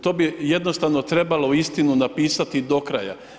To bi jednostavno trebalo uistinu napisati do kraja.